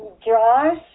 Josh